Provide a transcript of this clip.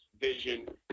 vision